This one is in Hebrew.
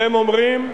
והם אומרים: